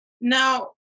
now